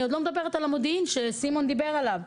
אני עוד לא מדברת על המודיעין שסימון דיבר עליו.